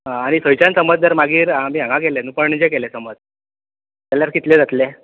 आनी थंयच्यान समज जर मागीर आमी हांगा गेले न्हय पणजे गेले समज जाल्यार कितले जातलो